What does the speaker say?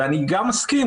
אני גם מסכים,